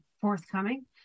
forthcoming